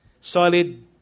solid